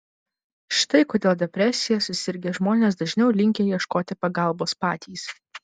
štai kodėl depresija susirgę žmonės dažniau linkę ieškoti pagalbos patys